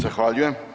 Zahvaljujem.